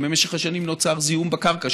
ובמשך השנים נוצר זיהום בקרקע,